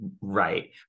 right